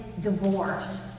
divorce